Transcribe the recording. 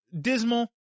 dismal